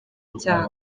icyaha